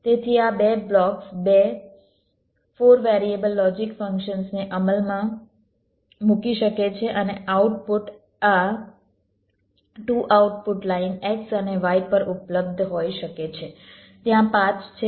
તેથી આ બે બ્લોક્સ બે 4 વેરિએબલ લોજિક ફંક્શન્સને અમલમાં મૂકી શકે છે અને આઉટપુટ આ 2 આઉટપુટ લાઇન x અને y પર ઉપલબ્ધ હોઈ શકે છે ત્યાં પાથ છે